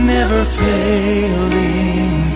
Never-failing